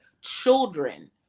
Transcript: children